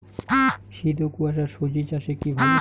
শীত ও কুয়াশা স্বজি চাষে কি ভালো?